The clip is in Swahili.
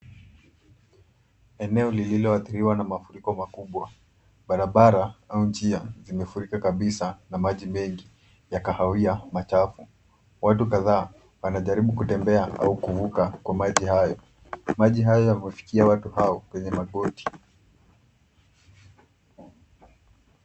Eneo lilioathiriwa na mafuriko makubwa. Barabara au njia zimefurika kabisa na maji mengi ya kahawia machafu. Watu kadhaa wanajaribu kutembea au kuvuka kwa maji hayo. Maji hayo yamefikia watu hao kwenye magoti.